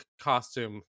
costume